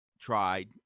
tried